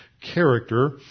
character